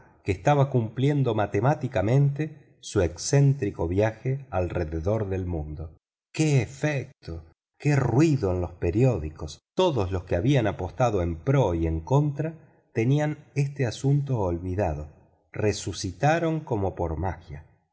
que estaba cumpliendo matemáticamente su excéntrico viaje alrededor del mundo qué efecto qué ruido en los periódicos todos los que habían apostado en pro y en contra y tenían este asunto olvidado resucitaron como por magia